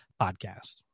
Podcast